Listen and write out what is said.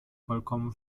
vollkommen